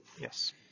Yes